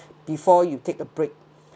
before you take a break